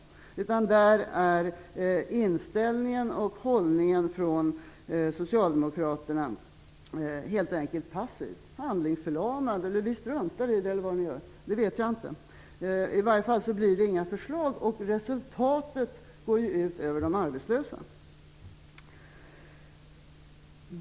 Socialdemokraternas inställning och hållning är helt enkelt passiv och handlingsförlamad. Jag vet inte om de struntar i detta, eller vad det handlar om. I varje fall blir det inga förslag, och resultatet går ut över de arbetslösa.